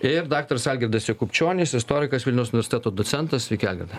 ir daktaras algirdas jakubčionis istorikas vilniaus universiteto docentas sveiki algirdai